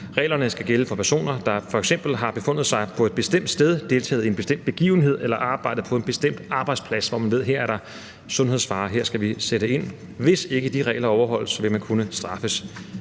Reglerne skal gælde for personer, der f.eks. har befundet sig på et bestemt sted, deltaget i en bestemt begivenhed eller arbejdet på en bestemt arbejdsplads, hvor man ved, at her er der sundhedsfare, og at her skal man sætte ind. Hvis ikke de regler overholdes, vil man kunne straffes